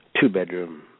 two-bedroom